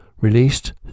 released